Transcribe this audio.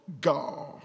God